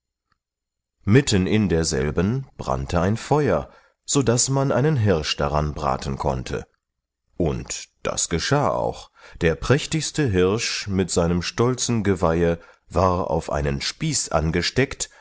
mitten in derselben brannte ein feuer sodaß man einen hirsch daran braten konnte und das geschah auch der prächtigste hirsch mit seinem stolzen geweihe war auf einen spieß angesteckt